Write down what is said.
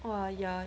!aiya!